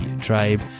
tribe